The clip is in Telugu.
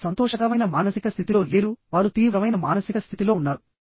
వారు సంతోషకరమైన మానసిక స్థితిలో లేరు వారు తీవ్రమైన మానసిక స్థితిలో ఉన్నారు